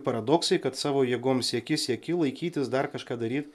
paradoksai kad savo jėgom sieki sieki laikytis dar kažką daryt